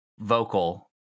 vocal